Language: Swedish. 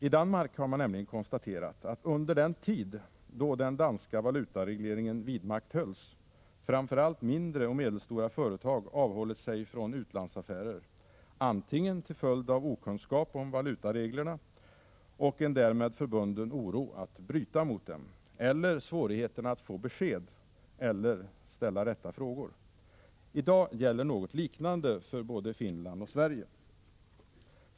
I Danmark har man nämligen konstaterat, att under den tid då den danska valutaregleringen vidmakthölls har framför allt mindre och medelstora företag avhållit sig från utlandsaffärer, antingen till följd av okunskap om valutareglerna och en därmed förbunden oro att bryta mot dem, eller på grund av svårigheter att få besked -— eller ställa rätta frågor. I dag gäller något liknande för både Finland och Sverige.